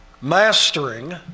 mastering